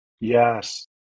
yes